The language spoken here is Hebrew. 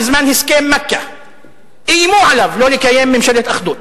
בזמן הסכם מכה איימו עליו לא לקיים ממשלת אחדות,